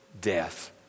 death